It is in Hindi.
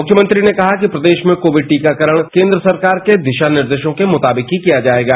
मुख्यमंत्री ने कहा कि प्रदेश में कोविड टीकाकरण केंद्र सरकार के दिशानिर्देशों के मुताबिक ही किया जाएगा